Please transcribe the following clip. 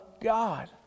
God